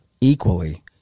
equally